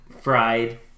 fried